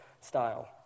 style